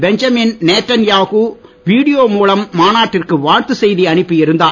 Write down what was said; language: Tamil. பெஞ்சமின் நேத்தன்யாகு வீடியோ மூலம் மாநாட்டிற்கு வாழ்த்துச் செய்தி அனுப்பியிருந்தார்